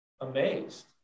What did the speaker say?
amazed